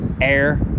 air